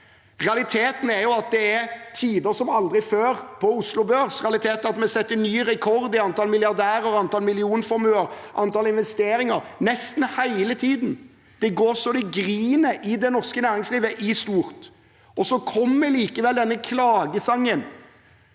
Realiteten er at det er tider som aldri før på Oslo Børs. Realiteten er at vi setter ny rekord i antall milliardærer, antall millionformuer og antall investeringer nesten hele tiden. Det går så det griner i det norske næringslivet i stort, og så kommer likevel denne klagesangen.